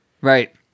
right